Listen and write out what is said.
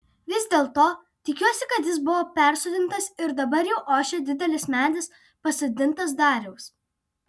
vis dėlto tikiuosi kad jis buvo persodintas ir dabar jau ošia didelis medis pasodintas dariaus